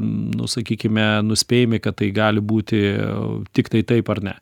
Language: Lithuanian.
nu sakykime nuspėjami kad tai gali būti tiktai taip ar ne